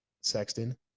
Sexton